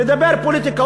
נדבר פוליטיקה.